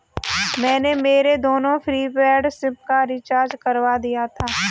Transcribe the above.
मैंने मेरे दोनों प्रीपेड सिम का रिचार्ज करवा दिया था